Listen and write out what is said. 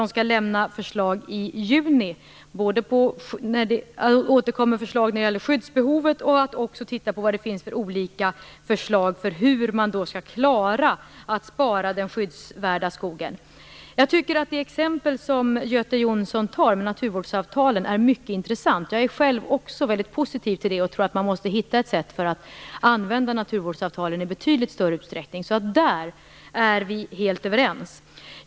Den skall återkomma med förslag i juni när det gäller skyddsbehovet och också titta på vad det finns för olika förslag till hur man skall klara att spara den skyddsvärda skogen. Det exempel som Göte Jonsson tar med naturvårdsavtalen är mycket intressant. Jag är själv väldigt positiv till det, och jag tror att man måste hitta ett sätt för att använda naturvårdsavtalen i betydligt större utsträckning. Där är vi helt överens.